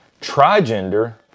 trigender